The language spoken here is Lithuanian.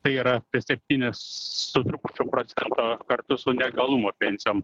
tai yra per sipynis su trupučiu procento kartu su neįgalumo pensijom